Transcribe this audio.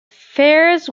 fares